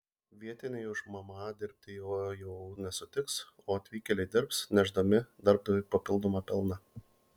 vietiniai už mma dirbti jo jau nesutiks o atvykėliai dirbs nešdami darbdaviui papildomą pelną